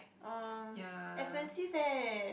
uh expensive eh